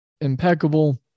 impeccable